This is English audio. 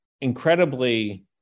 incredibly